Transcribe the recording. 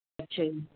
ਅੱਛਾ ਜੀ